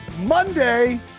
monday